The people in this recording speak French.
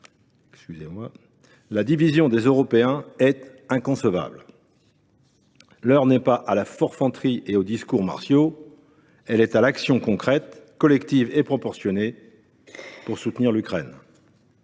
la division des Européens est inconcevable. L’heure n’est pas à la forfanterie et aux discours martiaux ; elle est à l’action concrète, collective et proportionnée pour soutenir l’Ukraine.